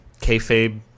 kayfabe